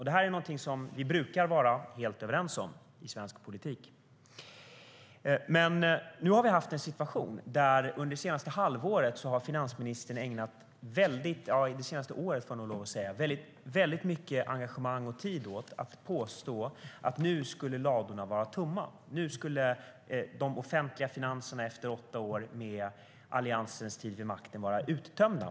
Det här är någonting som vi brukar vara helt överens om i svensk politik. Men under det senaste året har finansministern ägnat väldigt mycket engagemang och tid åt att påstå att ladorna nu skulle vara tomma, att de offentliga finanserna efter åtta år med Alliansen vid makten nu skulle vara uttömda.